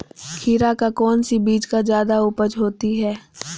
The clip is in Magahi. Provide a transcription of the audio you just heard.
खीरा का कौन सी बीज का जयादा उपज होती है?